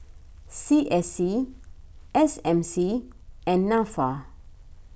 C S C S M C and Nafa